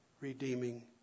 redeeming